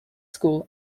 school